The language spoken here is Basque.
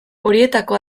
horietako